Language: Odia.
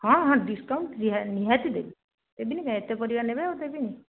ହଁ ହଁ ଡିସ୍କାଉଣ୍ଟ ଦିଆ ନିହାତି ଦେବି ଦେବିନି କାହିଁକି ଏତେ ପରିବା ନେବେ ଆଉ ଦେବିନି